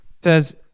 says